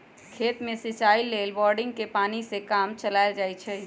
खेत में सिचाई लेल बोड़िंगके पानी से काम चलायल जाइ छइ